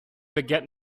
begehrt